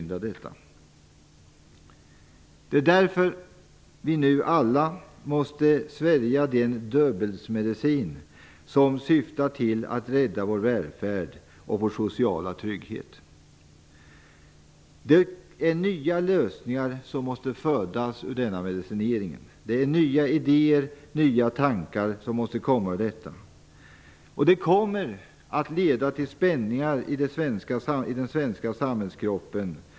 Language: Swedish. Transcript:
Det är därför vi alla nu måste svälja den Döbelnsmedicin som syftar till att rädda vår välfärd och vår sociala trygghet. Det är nya lösningar, nya idéer och nya tankar som måste födas ur denna medicinering. Det kommer att leda till spänningar i den svenska samhällskroppen.